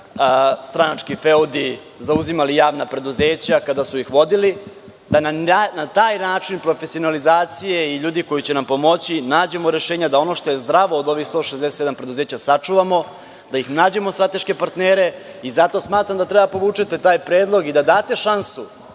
su stranački feudi zauzimali javna preduzeća, kada su ih vodili, da na taj način profesionalizacije i ljudi koji će nam pomoći nađemo rešenja da ono što je zdravo od ovih 167 preduzeća sačuvamo, da im nađemo strateške partnere. Zato smatram da treba da povučete taj predlog i da date šansu